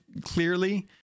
clearly